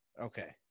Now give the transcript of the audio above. okay